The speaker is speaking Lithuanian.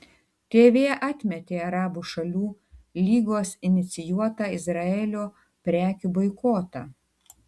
tv atmetė arabų šalių lygos inicijuotą izraelio prekių boikotą